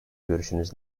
görüşünüz